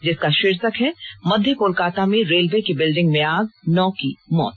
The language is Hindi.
जिसका शीर्षक है मध्य कोलकाता में रेलवे की बिल्डिंग में आग नौ की मौत